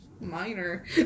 minor